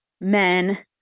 men